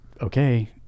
okay